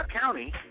County